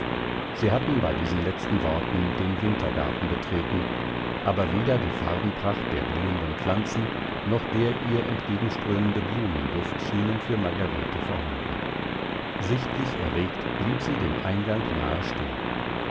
sie hatten bei diesen letzten worten den wintergarten betreten aber weder die farbenpracht der blühenden pflanzen noch der ihr entgegenströmende blumenduft schienen für margarete vorhanden sichtlich erregt blieb sie dem eingang nahe stehen